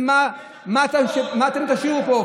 ומה אתם תשאירו פה,